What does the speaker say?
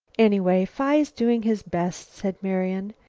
anyway, phi's doing his best, said marian.